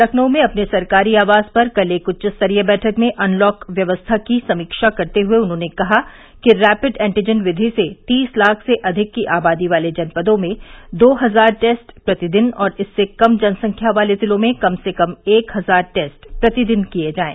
लखनऊ में अपने सरकारी आवास पर कल एक उच्च स्तरीय बैठक में अनलॉक व्यवस्था की समीक्षा करते हुए उन्होंने कहा कि रैपिड एन्टीजन विधि से तीस लाख से अधिक की आबादी वाले जनपदों में दो हजार टेस्ट प्रतिदिन और इससे कम जनसंख्या वाले जिलों में कम से कम एक हजार टेस्ट प्रतिदिन किए जाएं